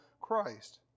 Christ